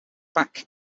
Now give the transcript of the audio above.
back